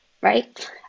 right